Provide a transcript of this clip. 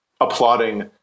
applauding